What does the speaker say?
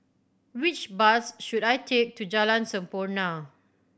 which bus should I take to Jalan Sampurna